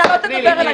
אתה לא תדבר אליי ככה.